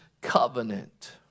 covenant